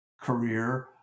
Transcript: career